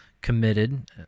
committed